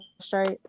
straight